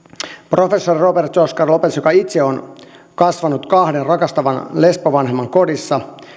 professori robert oscar lopez joka on itse kasvanut kahden rakastavan lesbovanhemman kodissa